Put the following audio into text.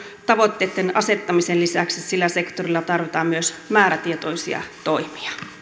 tavoitteitten asettamisen lisäksi sillä sektorilla tarvitaan myös määrätietoisia toimia